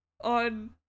on